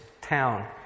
town